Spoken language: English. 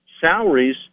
salaries